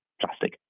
plastic